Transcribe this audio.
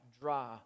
dry